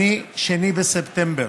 2 בספטמבר.